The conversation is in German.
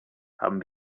haben